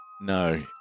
No